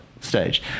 stage